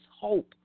hope